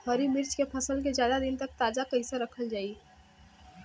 हरि मिर्च के फसल के ज्यादा दिन तक ताजा कइसे रखल जाई?